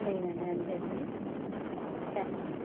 లేదండీ అంతే అండీ థ్యాంక్ యూ